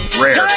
rare